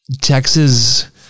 Texas